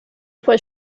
was